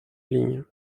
lignes